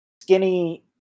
skinny